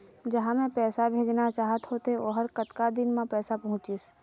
जहां मैं पैसा भेजना चाहत होथे ओहर कतका दिन मा पैसा पहुंचिस?